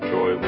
Joy